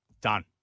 Done